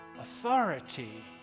authority